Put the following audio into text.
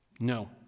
No